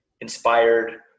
inspired